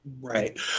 Right